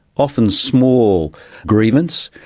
often small grievance,